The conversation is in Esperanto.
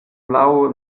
laŭ